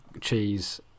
cheese